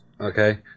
Okay